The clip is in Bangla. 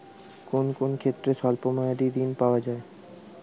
কোন কোন ক্ষেত্রে স্বল্প মেয়াদি ঋণ পাওয়া যায়?